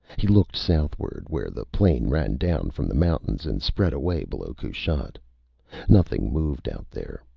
he looked southward, where the plain ran down from the mountains and spread away below kushat. nothing moved out there.